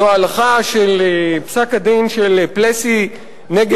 זו ההלכה של פסק-הדין של Plessy v.